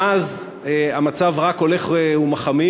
ומאז המצב רק הולך ומחמיר,